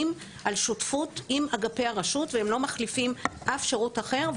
על שותפות עם אגפי הרשות והם לא מחליפים אף שירות אחר.